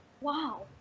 Wow